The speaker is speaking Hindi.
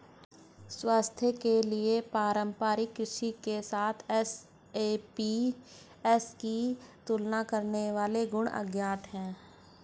स्वास्थ्य के लिए पारंपरिक कृषि के साथ एसएपीएस की तुलना करने वाले गुण अज्ञात है